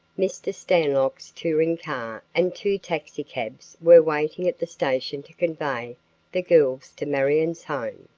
mr. stanlock's touring car and two taxicabs were waiting at the station to convey the girls to marion's home.